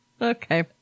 Okay